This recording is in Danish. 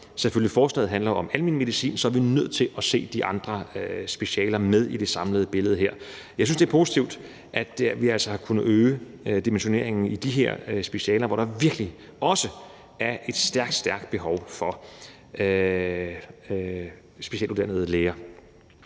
selvfølgelig handler om almen medicin, er vi nødt til at have de andre specialer med i det samlede billede. Jeg synes, det er positivt, at vi altså har kunnet øge dimensioneringen i de her specialer, hvor der virkelig også er et stærkt, stærkt behov for specialuddannede læger.